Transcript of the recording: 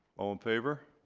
all in favor?